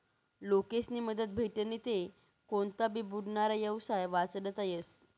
लोकेस्नी मदत भेटनी ते कोनता भी बुडनारा येवसाय वाचडता येस